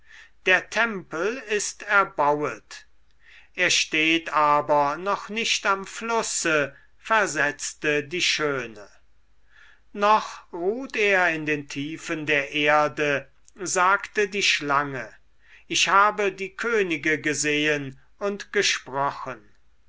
der tempel ist erbauet er steht aber noch nicht am flusse versetzte die schöne noch ruht er in den tiefen der erde sagte die schlange ich habe die könige gesehen und gesprochen